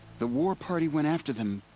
the war party went after them.